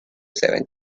seven